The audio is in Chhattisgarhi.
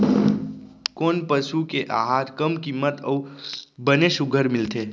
कोन पसु के आहार कम किम्मत म अऊ बने सुघ्घर मिलथे?